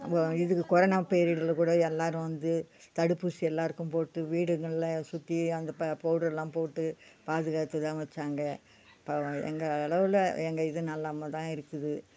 இப்போது இதுக்கு கொரனா பீரியடில் கூட எல்லோரும் வந்து தடுப்பூசி எல்லோருக்கும் போட்டு வீடுங்களில் சுற்றி அங்கே ப பௌடரெலாம் போட்டு பாதுகாத்து தான் வைச்சாங்க இப்போ எங்கள் அளவில் எங்கள் இது நலமா தான் இருக்குது